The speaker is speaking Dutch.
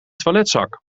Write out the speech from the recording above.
toiletzak